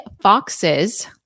foxes